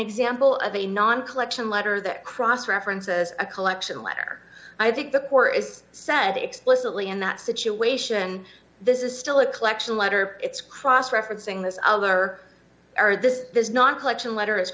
example of a non collection letter that cross reference as a collection letter i think the core is said explicitly in that situation this is still a collection letter it's cross referencing this other are this is not a collection letter i